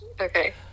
Okay